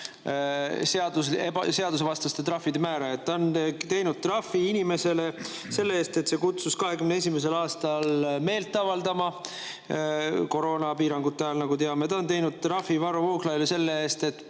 seadusvastaste trahvide sarimääraja. Ta on teinud trahvi inimesele selle eest, et ta kutsus 2021. aastal meelt avaldama koroonapiirangute ajal, nagu teame. Ta on teinud trahvi Varro Vooglaiule selle eest, et